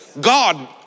God